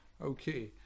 Okay